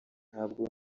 ntabwo